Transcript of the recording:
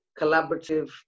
collaborative